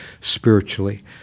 spiritually